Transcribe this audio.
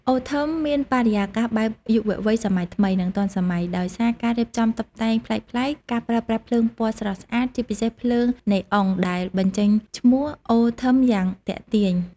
អូ ថឹម មានបរិយាកាសបែបយុវវ័យសម័យថ្មី និងទាន់សម័យ ដោយសារការរៀបចំតុបតែងប្លែកៗ ការប្រើប្រាស់ភ្លើងពណ៌ស្រស់ស្អាត ជាពិសេសភ្លើង ណេអុង ដែលបញ្ចេញឈ្មោះ អូ ថឹម យ៉ាងទាក់ទាញ។